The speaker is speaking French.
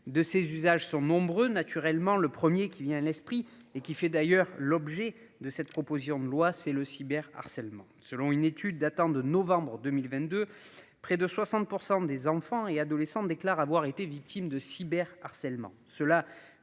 de ses usages sont nombreux naturellement le 1er qui vient à l'esprit et qui fait d'ailleurs l'objet de cette proposition de loi, c'est le cyber harcèlement, selon une étude datant de novembre 2022 près de 60% des enfants et adolescents déclarent avoir été victimes de cyber harcèlement